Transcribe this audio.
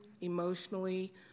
emotionally